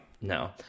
no